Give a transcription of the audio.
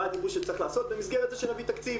מה הטיפול שצריך לעשות במסגרת זו שנביא תקציב.